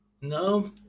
no